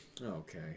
Okay